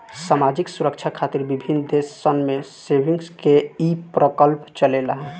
सामाजिक सुरक्षा खातिर विभिन्न देश सन में सेविंग्स के ई प्रकल्प चलेला